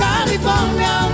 California